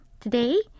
Today